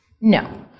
No